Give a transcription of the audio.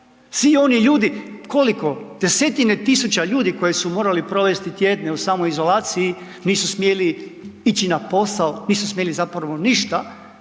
Svi oni ljudi, koliko, desetine tisuća ljudi koji su morali provesti tjedne u samoizolaciji nisu smjeli ići na posao, nisu smjeli zapravo ništa.